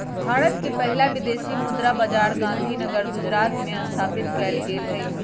भारत के पहिला विदेशी मुद्रा बाजार गांधीनगर गुजरात में स्थापित कएल गेल हइ